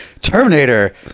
Terminator